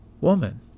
Woman